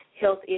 health